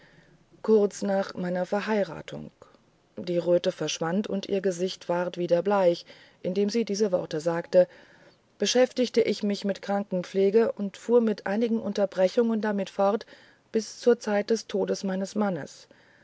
kurz nach meiner verheiratung die röte verschwand und ihr gesicht ward wieder bleich indem sie diese worte sagte beschäftigte ich mich mit krankenpflegeundfuhrmiteinigenunterbrechungendamitfortbiszurzeitdestodes meines mannes